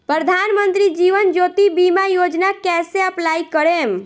प्रधानमंत्री जीवन ज्योति बीमा योजना कैसे अप्लाई करेम?